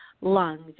lungs